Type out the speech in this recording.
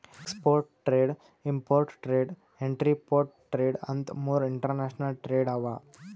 export trade, import trade, entrepot trade ಅಂತ್ ಮೂರ್ international trade ಅವಾ